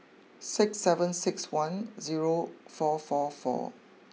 six seven six one zero four four four